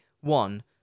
one